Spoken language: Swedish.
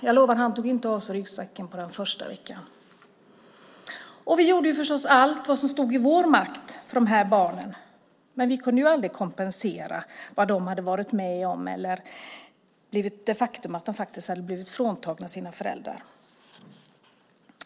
Jag lovar att han inte tog av sig ryggsäcken under den första veckan. Vi gjorde förstås allt som stod i vår makt för de här barnen, men vi kunde ju aldrig kompensera vad de hade varit med om eller det faktum att de hade blivit fråntagna sina föräldrar.